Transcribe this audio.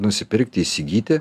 nusipirkti įsigyti